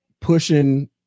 pushing